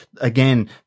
again